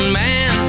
man